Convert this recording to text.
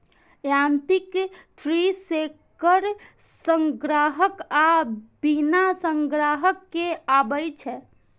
यांत्रिक tree shaker संग्राहक आ बिना संग्राहक के आबै छै